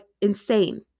insane